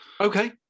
Okay